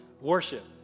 Worship